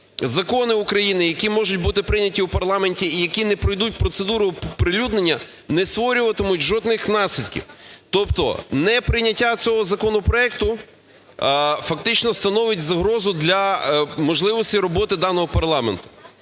закони України, які можуть бути прийняти у парламенті і які не пройдуть процедуру оприлюднення, не створюватимуть жодних наслідків. Тобто неприйняття цього законопроекту фактично становить загрозу для можливості роботи даного парламенту.